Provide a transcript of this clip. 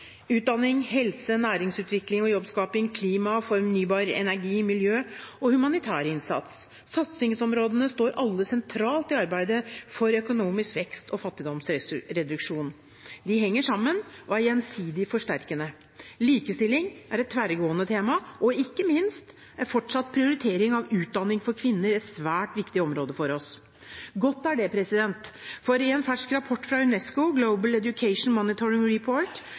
utdanning, helse, næringsutvikling og jobbskaping, klima, fornybar energi, miljø og humanitær innsats. Satsingsområdene står alle sentralt i arbeidet for økonomisk vekst og fattigdomsreduksjon. De henger sammen og er gjensidig forsterkende. Likestilling er et tverrgående tema – og ikke minst er fortsatt prioritering av utdanning for kvinner et svært viktig område for oss. Godt er det, for i en fersk rapport fra UNESCO, Global Education Monitoring Report,